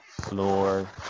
floor